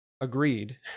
agreed